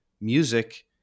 music